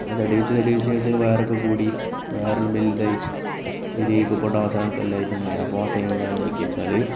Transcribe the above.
അങ്ങനെ തടി വച്ച് തടി വച്ച് വയറൊക്കെ കൂടി വയറെല്ലാം വലുതായി ഒര് ഹിപ്പപ്പൊട്ടാമസിനെ കണക്കെല്ലാം ആയിട്ടുണ്ടായിരുന്നു അപ്പോൾ ആ ടൈമിന് ഞാൻ എന്താക്കി എന്ന് വെച്ചാല്